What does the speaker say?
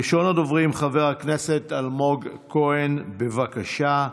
ראשון הדוברים, חבר הכנסת אלמוג כהן, בבקשה.